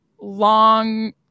long